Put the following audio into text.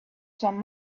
some